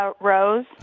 Rose